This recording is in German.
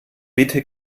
bitte